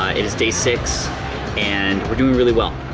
it is day six and we're doing really well.